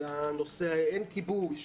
הנושא אין כיבוש,